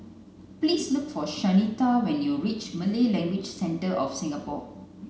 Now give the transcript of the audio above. please look for Shanita when you reach Malay Language Centre of Singapore